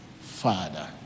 Father